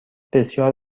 بسیار